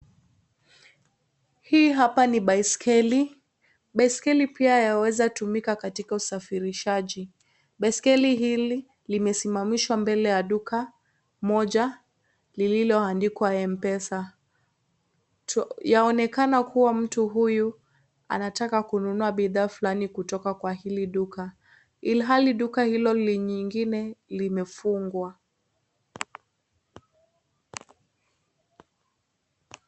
Hii hapa ni baiskeli, baiskeli pia yaweza kutumika katika usafirishaji. Baiskeli hili limesimamishwa mbele ya duka moja, lililoandikwa Mpesa. Yaonekana kuwa mtu huyu anataka kununua bidhaa fulani kutoka kwa hili duka. Ilhali duka hilo nyingine limefungwa.